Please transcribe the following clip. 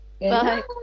Bye